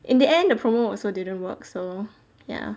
in the end the promo also didn't work so ya